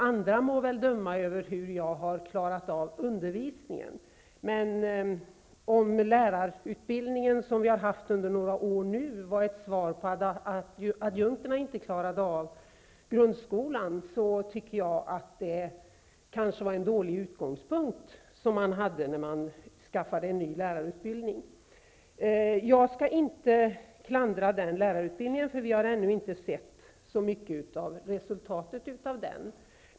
Andra må bedöma hur jag har klarat av undervisningen, men om den lärarutbildning som vi nu haft under några år är ett svar på att adjunkterna inte klarade av grundskolan, tycker jag att den var en dålig utgångspunkt för en ny lärarutbildning. Jag skall inte klandra den lärarutbildning som vi ännu inte sett mycket resultat av.